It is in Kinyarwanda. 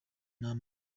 n’amaso